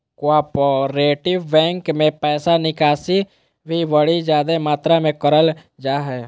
cooperative bank मे पैसा निकासी भी बड़ी जादे मात्रा मे करल जा हय